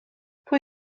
pwy